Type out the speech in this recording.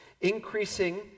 Increasing